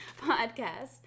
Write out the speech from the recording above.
podcast